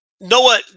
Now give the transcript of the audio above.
Noah